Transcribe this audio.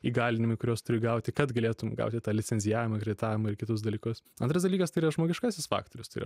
įgalinimai kurios turi gauti kad galėtum gauti tą licencijavimą kreditavimą ir kitus dalykus antras dalykas tai yra žmogiškasis faktorius turi